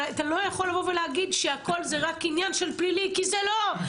אבל אתה לא יכול לבוא ולהגיד שהכל זה רק עניין של פלילי כי זה לא,